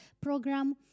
program